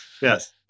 Yes